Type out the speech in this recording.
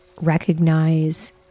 recognize